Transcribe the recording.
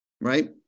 right